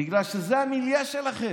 בגלל שזה המיליה שלכם.